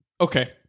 Okay